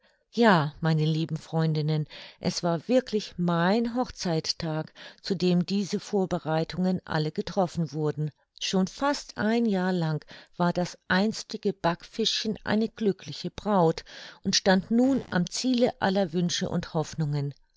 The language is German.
ja meine lieben freundinnen es war wirklich mein hochzeittag zu dem diese vorbereitungen alle getroffen wurden schon fast ein jahr lang war das einstige backfischchen eine glückliche braut und stand nun am ziele aller wünsche und hoffnungen